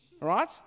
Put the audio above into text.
Right